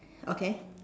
okay